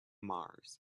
mars